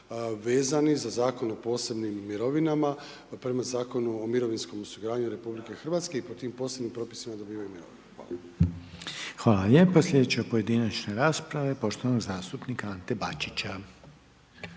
vezani za Zakon o posebnim mirovinama, prema Zakonu o mirovinskom osiguranju Republike Hrvatske i po tim posebnim propisima dobivaju mirovine. Hvala. **Reiner, Željko (HDZ)** Hvala lijepa, sljedeća pojedinačna rasprava je poštovanog zastupnika Ante Bačića.